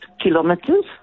kilometers